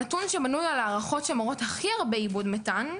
הנתון שמנוי הערכות שמראות הכי הרבה איבוד מתאן,